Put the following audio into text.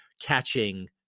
catching